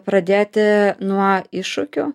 pradėti nuo iššūkių